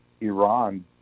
Iran